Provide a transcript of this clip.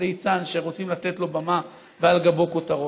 ליצן שרוצים לתת לו במה ועל גבו כותרות.